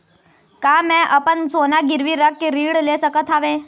का मैं अपन सोना गिरवी रख के ऋण ले सकत हावे?